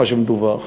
מה שמדווח.